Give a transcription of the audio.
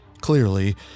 Clearly